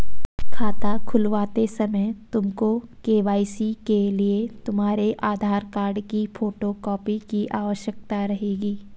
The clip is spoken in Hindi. खाता खुलवाते समय तुमको के.वाई.सी के लिए तुम्हारे आधार कार्ड की फोटो कॉपी की आवश्यकता रहेगी